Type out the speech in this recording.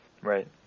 Right